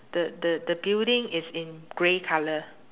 the the the building is in grey colur